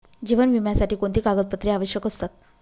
जीवन विम्यासाठी कोणती कागदपत्रे आवश्यक असतात?